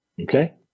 Okay